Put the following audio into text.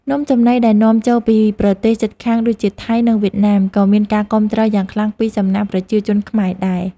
នំចំណីដែលនាំចូលពីប្រទេសជិតខាងដូចជាថៃនិងវៀតណាមក៏មានការគាំទ្រយ៉ាងខ្លាំងពីសំណាក់ប្រជាជនខ្មែរដែរ។